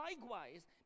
likewise